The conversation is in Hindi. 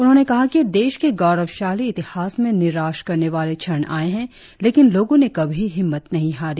उन्होने कहा कि देश के गौरवशाली इतिहास में निराश करने वाले क्षण आए है लेकिन लोगो ने कभी हिम्मत नही हारी